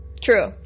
True